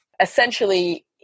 essentially